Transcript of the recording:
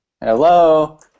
Hello